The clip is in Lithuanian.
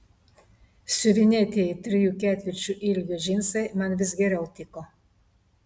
siuvinėtieji trijų ketvirčių ilgio džinsai man vis geriau tiko